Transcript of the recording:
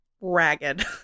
ragged